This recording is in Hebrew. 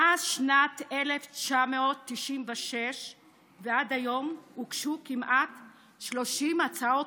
מאז שנת 1996 ועד היום הוגשו כמעט 30 הצעות